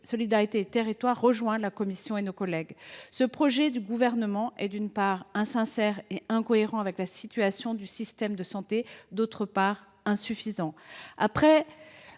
Solidarité et Territoires rejoint la commission : ce projet du Gouvernement est, d’une part, insincère et incohérent avec la situation du système de santé et, d’autre part, largement insuffisant. Après